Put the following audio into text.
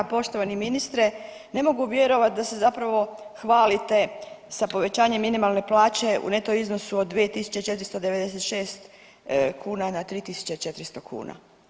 Poštovani ministre, ne mogu vjerovat da se zapravo hvalite sa povećanjem minimalne plaće u neto iznosu od 2.496 kuna na 3.400 kuna.